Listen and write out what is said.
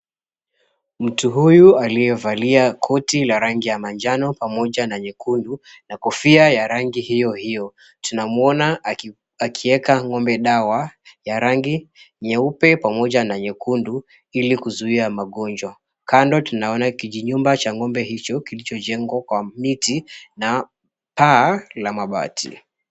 Mtu huyu aliyevalia koti la rangi ya manjano pamoja na nyekundu na kofia ya rangi hio hio. Tunamwona akieka ng'ombe dawa ya rangi nyeupe pamoja na nyekundu ili kuzuia magonjwa. Kando tunaona kijinyumba cha ng'ombe hicho kichojengwa kwa miti na paa la mabati.